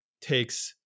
takes